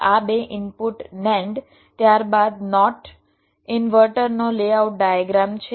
આ બે input NAND ત્યારબાદ NOT ઇન્વર્ટર નો લેઆઉટ ડાયગ્રામ છે